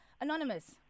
Anonymous